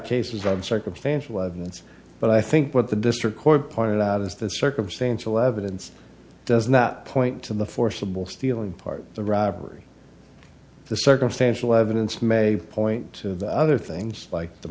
cases of circumstantial evidence but i think what the district court pointed out is the circumstantial evidence does not point to the forcible stealing part of the robbery the circumstantial evidence may point of other things like the